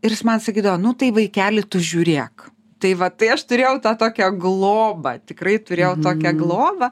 ir jis man sakydavo nu tai vaikeli tu žiūrėk tai va tai aš turėjau tą tokią globą tikrai turėjau tokią globą